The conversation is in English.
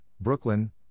Brooklyn